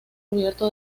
cubierto